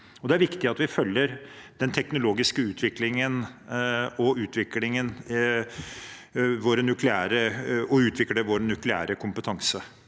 Det er viktig at vi følger den teknologiske utviklingen og utvikler vår nukleære kompetanse.